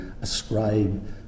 ascribe